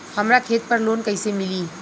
हमरा खेत पर लोन कैसे मिली?